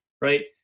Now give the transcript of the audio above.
right